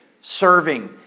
serving